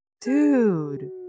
dude